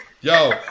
Yo